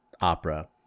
opera